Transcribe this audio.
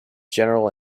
general